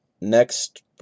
next